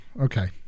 okay